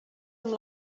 amb